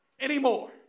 anymore